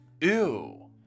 Ew